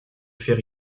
faire